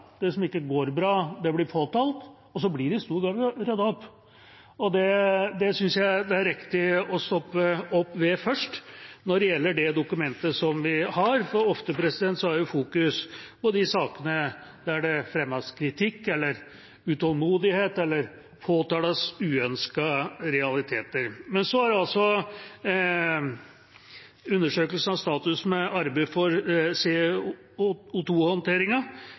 det som ikke går bra, blir påtalt, og så blir det i stor grad ryddet opp. Det synes jeg det er riktig å stoppe opp ved først – når det gjelder det dokumentet som vi har nå –fordi det ofte fokuseres på de sakene der det fremmes kritikk eller utålmodighet eller påtales uønskede realiteter. Men så er altså Riksrevisjonens undersøkelse av statens arbeid med